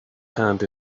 hand